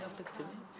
אגף תקציבים?